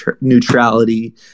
neutrality